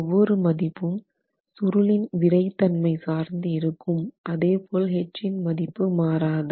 ஒவ்வொரு மதிப்பும் சுருளின் விறைதன்மை சார்ந்து இருக்கும் அதுபோல H இன் மதிப்பு மாறாது